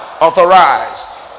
authorized